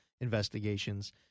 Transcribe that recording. investigations